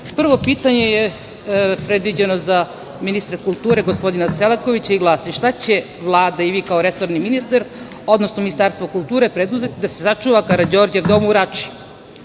pitanje je predviđeno za ministra kulture, gospodina Selakovića i glasi – šta će Vlada i vi kao resorni ministar, odnosno Ministarstvo kulture preduzeti da se sačuva Karađorđev dom u Rači